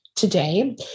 today